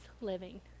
living